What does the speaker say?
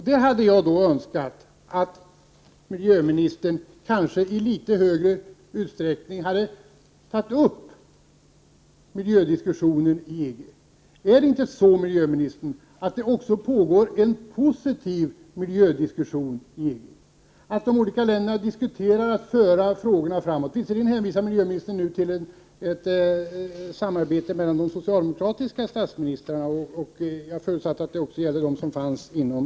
Jag hade då Önskat att miljöministern kanske i litet större utsträckning hade tagit upp miljödiskussionen i EG. Är det inte så, miljöministern, att det också pågår en positiv miljödiskussion i EG och att de olika länderna diskuterar att föra de olika frågorna framåt. Visserligen hänvisar miljöministern nu till ett samarbete mellan de socialdemokratiska statsministrarna — jag förutsätter att det gäller även socialdemokratiska statsministrar i EG-länderna.